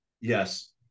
yes